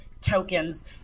tokens